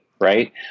right